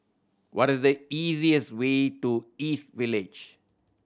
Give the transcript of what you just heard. what is the easiest way to East Village